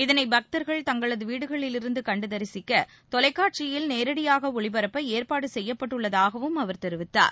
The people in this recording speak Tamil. இதனை பக்தர்கள் தங்களது வீடுகளிலிருந்து கண்டு தரிசிக்க தொலைக்காட்சியில் நேரடியாக ஒளிபரப்ப ஏற்பாடு செய்யப்பட்டுள்ளதாகவும் அவர் தெரிவித்தார்